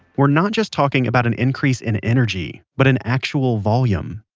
we're not just talking about in increase in energy, but in actual volume.